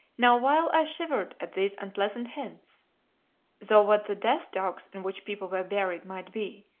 now while i shivered at these unpleasant hints though what the death-dogs in which people were buried might be,